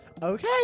Okay